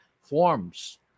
forms